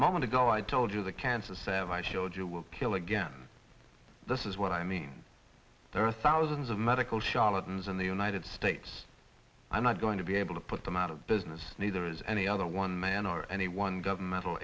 moment ago i told you the cancer cells i showed you will kill again this is what i mean there are thousands of medical charlatans in the united states i'm not going to be able to put them out of business neither has any other one man or any one governmental